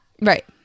Right